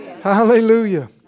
Hallelujah